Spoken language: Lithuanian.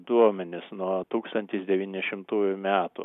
duomenis nuo tūkstantis devyni šimtųjų metų